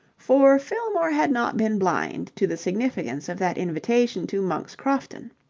for fillmore had not been blind to the significance of that invitation to monk's crofton.